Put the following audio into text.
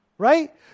right